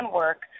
work